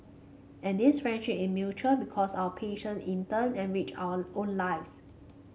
and this friendship is mutual because our patient in turn enrich our own lives